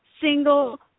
single